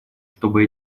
чтобы